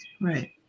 Right